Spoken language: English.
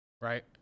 right